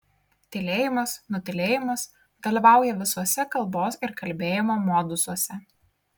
tylėjimas nutylėjimas dalyvauja visuose kalbos ir kalbėjimo modusuose